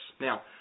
Now